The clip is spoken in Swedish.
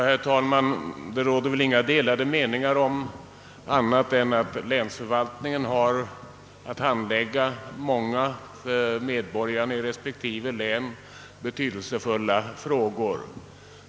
Herr talman! Det råder väl inga delade meningar om att länsförvaltningen har att handlägga många för medborgarna i respektive län betydelsefulla frågor.